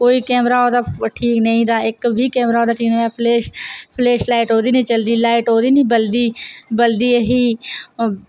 कोई कैमरा ओह्दा ठीक नेईं था इक बी कैमरा ओह्दा ठीक नेईं फ्लेश फ्लेश लाइट ओह्दी नि चलदी लाइट ओह्दी नि बल्दी बल्दी ऐ ही